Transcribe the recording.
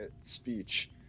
speech